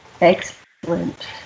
Excellent